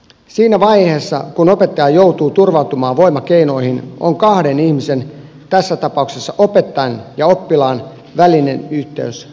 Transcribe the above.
siinä vaiheessa kun opettaja joutuu turvautumaan voimakeinoihin on kahden ihmisen tässä tapauksessa opettajan ja oppilaan välinen yhteys katkennut